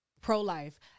pro-life